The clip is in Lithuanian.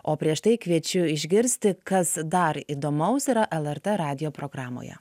o prieš tai kviečiu išgirsti kas dar įdomaus yra lrt radijo programoje